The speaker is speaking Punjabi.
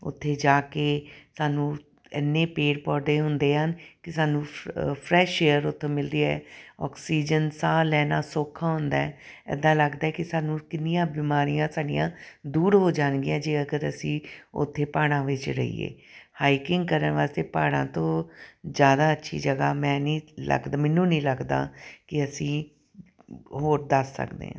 ਉੱਥੇ ਜਾ ਕੇ ਸਾਨੂੰ ਇੰਨੇ ਪੇੜ ਪੌਦੇ ਹੁੰਦੇ ਆ ਕਿ ਸਾਨੂੰ ਫ ਫਰੈਸ਼ ਏਅਰ ਉੱਥੋਂ ਮਿਲਦੀ ਹੈ ਔਕਸੀਜਨ ਸਾਹ ਲੈਣਾ ਸੌਖਾ ਹੁੰਦਾ ਇੱਦਾਂ ਲੱਗਦਾ ਕਿ ਸਾਨੂੰ ਕਿੰਨੀਆਂ ਬਿਮਾਰੀਆਂ ਸਾਡੀਆਂ ਦੂਰ ਹੋ ਜਾਣਗੀਆਂ ਜੇ ਅਗਰ ਅਸੀਂ ਉੱਥੇ ਪਹਾੜਾਂ ਵਿੱਚ ਰਹੀਏ ਹਾਈਕਿੰਗ ਕਰਨ ਵਾਸਤੇ ਪਹਾੜਾਂ ਤੋਂ ਜ਼ਿਆਦਾ ਅੱਛੀ ਜਗ੍ਹਾ ਮੈਂ ਨਹੀਂ ਲੱਗਦਾ ਮੈਨੂੰ ਨਹੀਂ ਲੱਗਦਾ ਕਿ ਅਸੀਂ ਹੋਰ ਦੱਸ ਸਕਦੇ ਹਾਂ